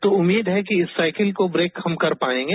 तो उम्मीद है कि इस साइकिल को ब्रेक हम कर पायेंगे